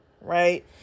Right